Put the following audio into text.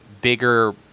bigger